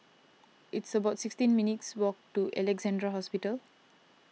it's about sixteen minutes' walk to Alexandra Hospital